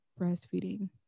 breastfeeding